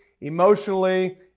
emotionally